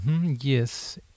Yes